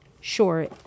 sure